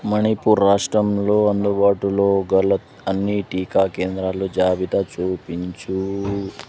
మణిపూర్ రాష్ట్రంలో అందుబాటులోగల అన్ని టీకా కేంద్రాల జాబితా చూపించు